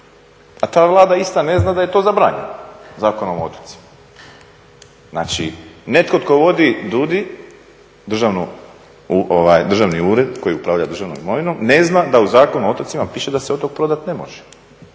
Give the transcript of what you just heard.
a ta Vlada isto ne zna da je to zabranjeno Zakonom o otocima. Znači, netko tko vodi DUDI, Državni ured koji upravlja državnom imovinom, ne zna da u Zakonu o državnim otocima piše da se otok prodati ne može.